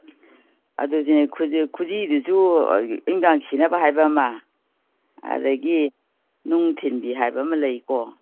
ꯑꯗꯨꯅꯦ ꯈꯨꯖꯤꯗꯨꯁꯨ ꯑꯌꯨꯛ ꯅꯨꯗꯥꯡ ꯁꯤꯅꯕ ꯍꯥꯏꯕ ꯑꯃ ꯑꯗꯒꯤ ꯅꯨꯡ ꯊꯤꯟꯕꯤ ꯍꯥꯏꯕ ꯑꯃ ꯂꯩꯀꯣ